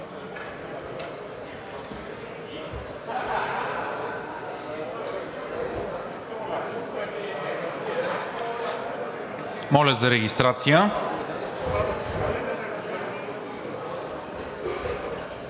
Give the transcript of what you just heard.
Моля за регистрация.